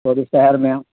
تھوورڑی شہر میں آ